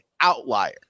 outlier